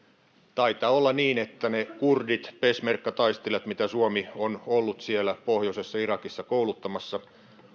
taitaa olla niin että ne kurdit peshmerga taistelijat mitä suomi on ollut siellä pohjois irakissa kouluttamassa